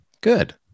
Good